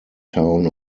town